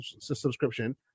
subscription